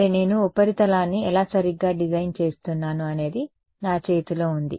సరే నేను ఉపరితలాన్ని ఎలా సరిగ్గా డిజైన్ చేస్తున్నాను అనేది నా చేతిలో ఉంది